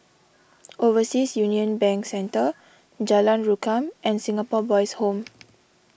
Overseas Union Bank Centre Jalan Rukam and Singapore Boys' Home